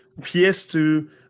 PS2